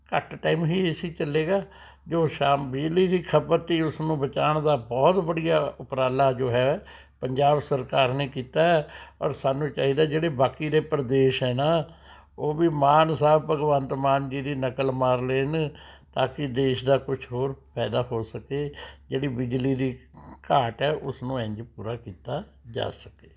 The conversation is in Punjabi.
ਘੱਟ ਟਾਈਮ ਹੀ ਏ ਸੀ ਚੱਲੇਗਾ ਜੋ ਸ਼ਾਮ ਬਿਜਲੀ ਦੀ ਖਪਤ ਤੀ ਉਸਨੂੰ ਬਚਾਉਣ ਦਾ ਬਹੁਤ ਬੜੀਆਂ ਉਪਰਾਲਾ ਜੋ ਹੈ ਪੰਜਾਬ ਸਰਕਾਰ ਨੇ ਕੀਤਾ ਹੈ ਔਰ ਸਾਨੂੰ ਚਾਹੀਦਾ ਜਿਹੜੇ ਬਾਕੀ ਦੇ ਪ੍ਰਦੇਸ਼ ਹੈ ਨਾ ਉਹ ਵੀ ਮਾਨ ਸਾਹਿਬ ਭਗਵੰਤ ਮਾਨ ਜੀ ਦੀ ਨਕਲ ਮਾਰ ਲੈਣ ਤਾਂ ਕੀ ਦੇਸ਼ ਦਾ ਕੁਝ ਹੋਰ ਪੈਦਾ ਹੋ ਸਕੇ ਜਿਹੜੀ ਬਿਜਲੀ ਦੀ ਘਾਟ ਹੈ ਉਸਨੂੰ ਇੰਝ ਪੂਰਾ ਕੀਤਾ ਜਾ ਸਕੇ